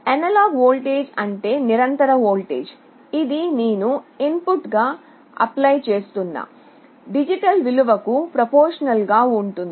analogue voltage అంటే నిరంతర voltage ఇది నేను ఇన్పుట్గా అప్లై చేస్తున్న డిజిటల్ విలువకు ప్రొఫార్మాషనల్ గా ఉంటుంది